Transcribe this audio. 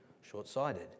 short-sighted